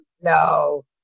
No